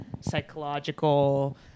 psychological